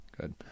Good